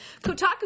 Kotaku